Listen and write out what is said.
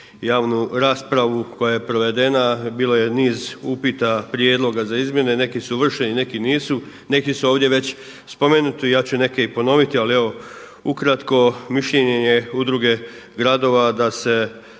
javnu raspravu koja je provedena bilo je niz upita, prijedloga za izmjene. Neki su vršeni, neki nisu. Neki su ovdje već spomenuti. Ja ću neke i ponoviti. Ali evo ukratko mišljenje je udruge gradova da se